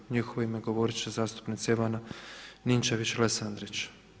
U njihovo ime govorit će zastupnica Ivana Ninčević-Lesandrić.